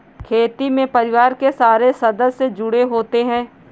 खेती में परिवार के सारे सदस्य जुड़े होते है